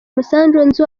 umusanzu